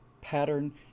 pattern